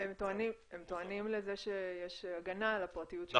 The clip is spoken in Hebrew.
הן טוענות שיש הגנה על הפרטיות של אנשים.